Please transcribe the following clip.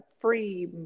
free